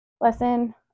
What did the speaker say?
lesson